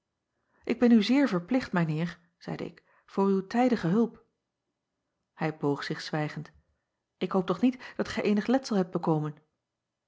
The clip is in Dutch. k ben u zeer verplicht mijn eer zeide ik voor uw tijdige hulp ij boog zich zwijgend k hoop toch niet dat gij eenig letsel hebt bekomen